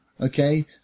okay